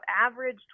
average